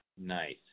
Nice